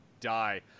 die